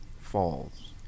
falls